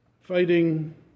fighting